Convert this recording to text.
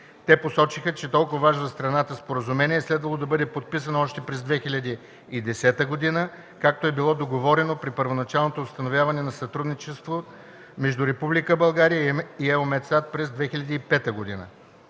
Те посочиха, че толкова важно за страната споразумение е следвало, да бъде подписано още през 2010 г., както е било договорено при първоначално установяване на сътрудничество между Република България и EUMETSAT през 2005 г.